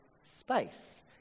space